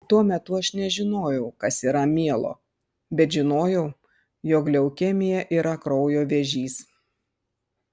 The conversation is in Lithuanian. tuo metu aš nežinojau kas yra mielo bet žinojau jog leukemija yra kraujo vėžys